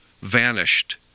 Vanished